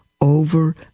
over